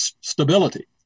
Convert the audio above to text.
stability